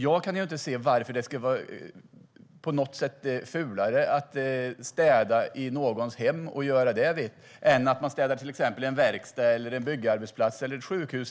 Jag kan inte se att det på något sätt skulle vara fulare att städa i någons hem än att städa på till exempel en verkstad, en byggarbetsplats eller ett sjukhus.